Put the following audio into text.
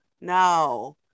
no